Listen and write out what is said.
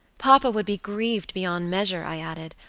papa would be grieved beyond measure, i added,